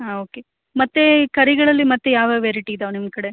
ಹಾಂ ಓಕೆ ಮತ್ತು ಕರಿಗಳಲ್ಲಿ ಮತ್ತು ಯಾವ್ಯಾವ ವೆರೈಟಿ ಇದ್ದಾವೆ ನಿಮ್ಮ ಕಡೆ